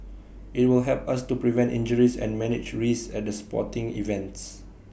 IT will help us to prevent injuries and manage risks at the sporting events